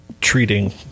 treating